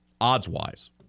odds-wise